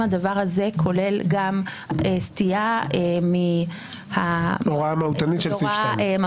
הדבר הזה כולל גם סטייה מהוראה מהותנית.